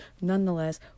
nonetheless